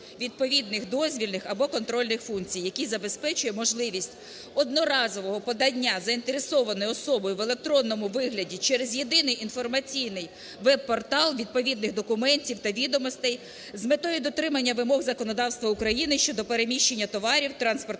відповідних дозвільних або контрольних функцій. Який забезпечує можливість одноразового подання заінтересованою особою, в електронному вигляді, через єдиний інформаційний веб-портал, відповідних документів та відомостей, з метою дотримання вимог законодавства України щодо переміщення товарів, транспортних